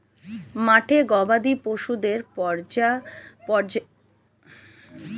মাঠে গবাদি পশুদের পর্যায়ক্রমিক ভাবে চরানো হয়